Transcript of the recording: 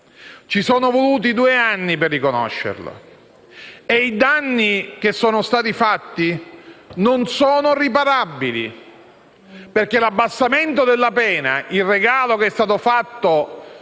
Ci sono voluti due anni per riconoscerlo e i danni compiuti non sono riparabili, perché l'abbassamento della pena - il regalo che è stato fatto